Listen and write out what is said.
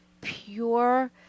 pure